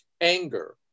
anger